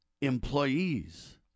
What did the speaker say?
employees